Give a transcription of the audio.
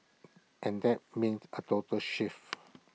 and that means A total shift